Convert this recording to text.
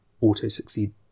auto-succeed